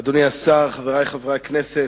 אדוני השר, חברי חברי הכנסת,